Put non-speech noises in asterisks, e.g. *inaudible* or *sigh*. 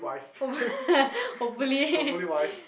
for *laughs* hopefully *laughs*